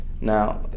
Now